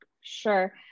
Sure